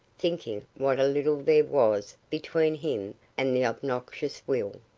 thinking what a little there was between him and the obnoxious will.